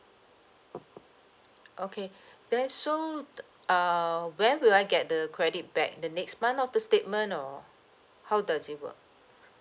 okay then so the uh when will I get the credit back the next month of the statement or how does it work